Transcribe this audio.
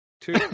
Two